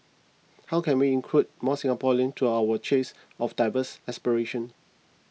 how can we include more Singaporeans to our chase of diverse aspirations